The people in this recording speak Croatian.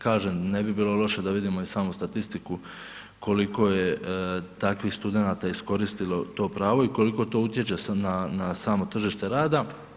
Kažem, ne bi bilo loše da vidimo i samu statistiku koliko je takvih studenata iskoristilo to pravo i koliko to utječe na samo tržište rada.